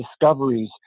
discoveries